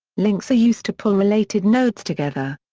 links are used to pull related nodes together.